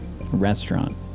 Restaurant